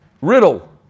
riddle